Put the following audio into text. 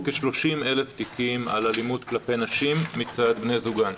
כ-30,000 תיקים על אלימות כלפי נשים מצד בני זוגן.